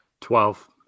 Twelve